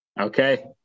Okay